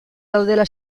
daudela